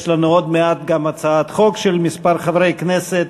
יש לנו עוד מעט גם הצעת חוק של מספר חברי כנסת,